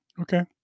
Okay